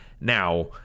now